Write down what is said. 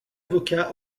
avocat